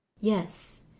yes